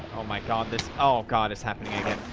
oh my god this oh god, it's happening again.